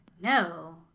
No